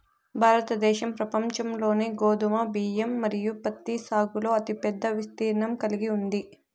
భారతదేశం ప్రపంచంలోనే గోధుమ, బియ్యం మరియు పత్తి సాగులో అతిపెద్ద విస్తీర్ణం కలిగి ఉంది